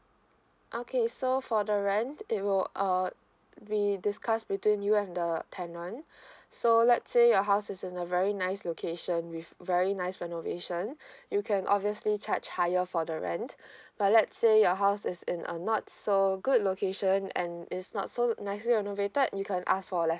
okay so for the rent it will uh we discussed between you and the tenant so let's say your house is in a very nice location with very nice renovation you can obviously charge higher for the rent but let say your house is in a not so good location and it's not so nicely renovated you can ask for